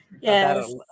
Yes